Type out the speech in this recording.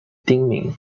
的町名